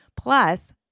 plus